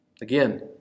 Again